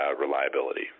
reliability